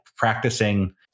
practicing